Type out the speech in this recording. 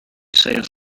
saves